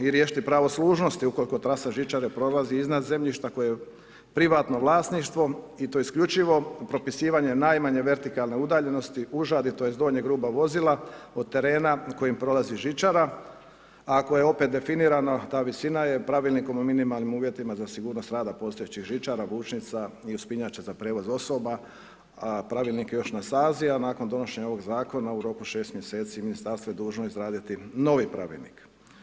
I riješiti pravo služnosti ukoliko trasa žičare prolazi iznad zemljišta koje je privatno vlasništvo i to isključivo propisivanjem najmanje vertikalne udaljenosti, užadi, tj. donjeg ruba vozila od terena kojim prolazi žičara, a ako je opet definirano, ta visina je pravilnikom o minimalnim uvjetima za sigurnost rada postojećih žičara, vučnica i uspinjača za prijevoz osoba, pravilnik je još na snazi, a nakon donošenja ovog zakona u roku 6 mjeseci ministarstvo je dužno izraditi novi pravilnik.